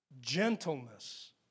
gentleness